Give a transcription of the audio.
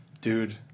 Dude